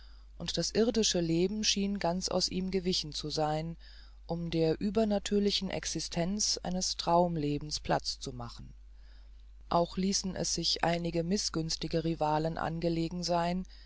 und das irdische leben schien ganz aus ihm gewichen zu sein um der übernatürlichen existenz eines traumlebens platz zu machen auch ließen es sich einige mißgünstige rivalen angelegen sein